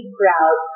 proud